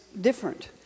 different